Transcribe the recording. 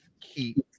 keep